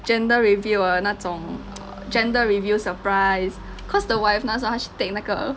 gender reveal ah 那种 gender reveal surprise cause the wife 那时候他去 take 那个